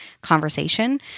conversation